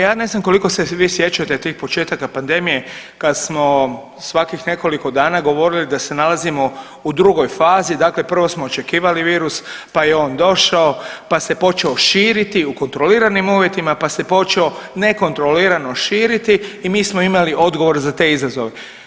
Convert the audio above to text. Ja ne znam koliko se vi sjećate tih početaka pandemije kad smo svakih nekoliko dana govorili da se nalazimo u drugoj fazi, dakle prvo smo očekivali virus, pa je on došao, pa se počeo širiti u kontroliranim uvjetima, pa se počeo nekontrolirano širiti i mi smo imali odgovor za te izazove.